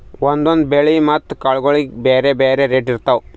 ಒಂದೊಂದ್ ಬೆಳಿ ಮತ್ತ್ ಕಾಳ್ಗೋಳಿಗ್ ಬ್ಯಾರೆ ಬ್ಯಾರೆ ರೇಟ್ ಇರ್ತವ್